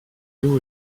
louent